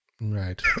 Right